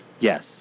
Yes